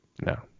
No